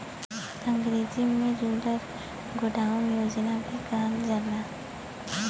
अंग्रेजी में rural godown योजना भी कहल जाला